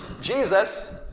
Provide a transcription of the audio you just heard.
Jesus